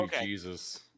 Jesus